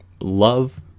love